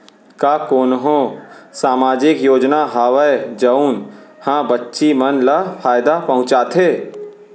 का कोनहो सामाजिक योजना हावय जऊन हा बच्ची मन ला फायेदा पहुचाथे?